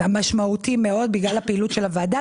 משמעותי מאוד בגלל פעילות הוועדה.